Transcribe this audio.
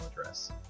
address